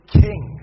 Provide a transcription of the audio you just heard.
king